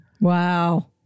Wow